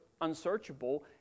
unsearchable